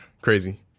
crazy